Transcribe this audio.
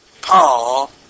Paul